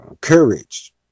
courage